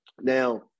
Now